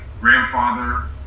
grandfather